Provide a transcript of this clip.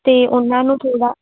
ਅਤੇ ਉਹਨਾਂ ਨੂੰ ਥੋੜ੍ਹਾ